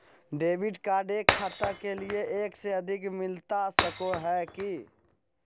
Debit card एक खाता के लिए एक से अधिक मिलता सको है की?